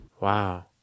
Wow